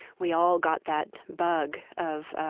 we all got that bug of